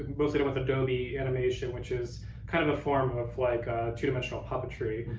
mostly done with adobe animation, which is kind of a form of like two-dimensional puppetry.